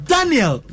Daniel